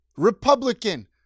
Republican